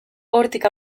hortik